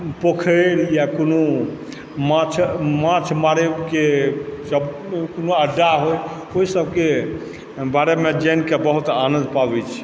पोखरि या कोनो माछ माछ मारयके कोनो अड्डा होइ ओहिसभके बारे मे जानिकऽ बहुत आनन्द पाबैत छी